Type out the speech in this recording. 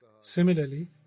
Similarly